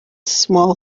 small